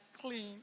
clean